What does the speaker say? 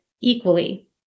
equally